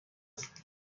است